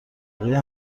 بقیه